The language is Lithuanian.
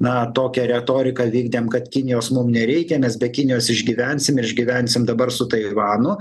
na to retoriką vykdėm kad kinijos mum nereikia mes be kinijos išgyvensim ir išgyvensim dabar su taivanu